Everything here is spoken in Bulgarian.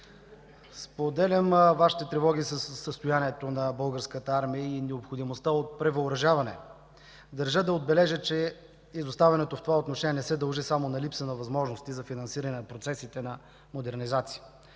споделям Вашите тревоги за състоянието на Българската армия и необходимостта от превъоръжаване. Държа да отбележа, че изоставането в това отношение не се дължи само на липса на възможности за финансиране на процесите на модернизация.